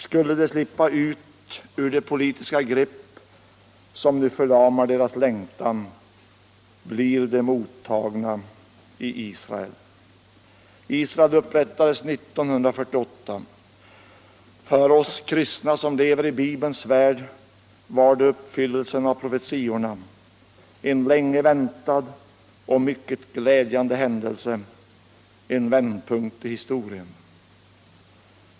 Skulle de slippa ut ur det politiska grepp som nu förlamar deras längtan blir de mottagna i Israel. Israel upprättades 1948. För oss kristna som lever i Bibelns värld var det en uppfyllelse av profetior, en länge väntad och mycket glädjande händelse, en vändpunkt i historien.